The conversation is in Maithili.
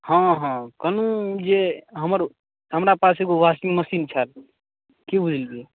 हँ हँ कहलहुँ जे हमर हमरा पास एगो वॉशिंग मशीन छथि की बुझलियै